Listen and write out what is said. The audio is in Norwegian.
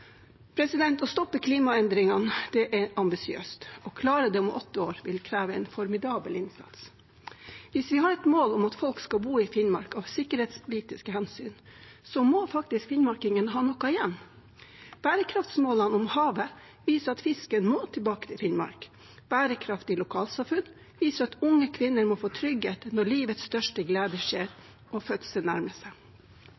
Å stoppe klimaendringene er ambisiøst. Å klare det om åtte år vil kreve en formidabel innsats. Hvis vi har et mål om at folk skal bo i Finnmark av sikkerhetspolitiske hensyn, må faktisk finnmarkingene ha noe igjen. Bærekraftsmålene om havet viser at fisken må tilbake til Finnmark. Bærekraftige lokalsamfunn viser at unge kvinner må få trygghet når livets største glede skjer